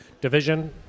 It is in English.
Division